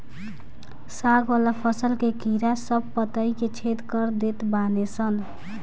साग वाला फसल के कीड़ा सब पतइ के छेद कर देत बाने सन